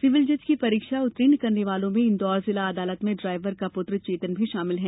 civil जज की परीक्षा उत्तीर्ण करने वालों में इंदौर जिला अदालत में डायवर का पुत्र चेतन बजाद भी शामिल है